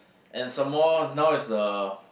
and some more now is the